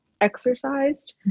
exercised